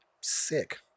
Sick